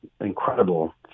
incredible